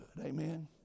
Amen